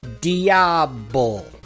Diablo